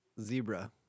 zebra